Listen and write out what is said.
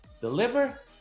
deliver